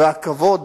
והכבוד